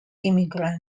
immigrants